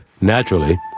Naturally